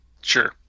Sure